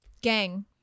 gang